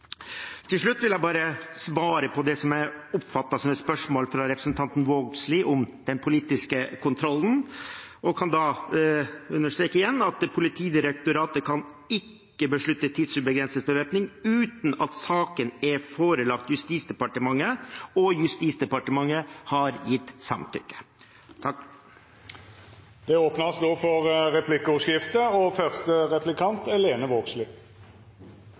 Til slutt vil jeg svare på det jeg oppfattet som et spørsmål fra representanten Vågslid om den politiske kontrollen, og kan da understreke igjen at Politidirektoratet ikke kan beslutte tidsubegrenset bevæpning uten at saken er forelagt Justisdepartementet og Justisdepartementet har gitt samtykke. Det vert replikkordskifte. I saka om punktvæpning er